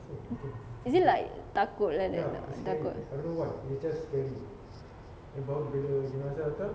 is it like takut like that takut